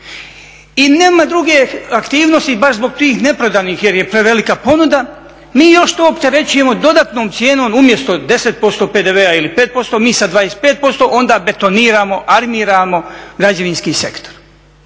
i nema druge aktivnosti baš zbog tih neprodanih, jer je prevelika ponuda, mi još to opterećujemo dodatnom cijenom umjesto 10% PDV-a, ili 5%, mi sa 25% onda betoniramo, armiramo građevinski sektor.